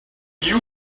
you